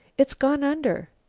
it's gone under!